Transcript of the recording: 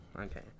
okay